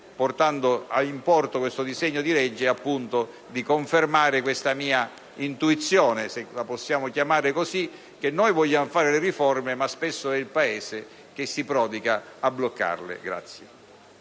portando in porto questo disegno di legge, di confermare la mia intuizione - se la possiamo chiamare in questo modo - che noi vogliamo fare le riforme ma spesso è il Paese che si prodiga a bloccarle.